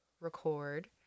record